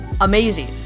amazing